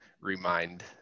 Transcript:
remind